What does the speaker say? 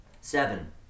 Seven